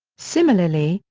similarly,